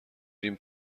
ریم